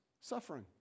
suffering